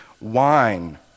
wine